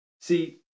See